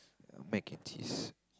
mac and cheese